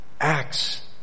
Acts